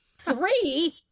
three